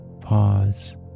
pause